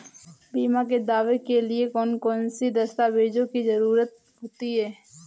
बीमा के दावे के लिए कौन कौन सी दस्तावेजों की जरूरत होती है?